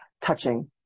touching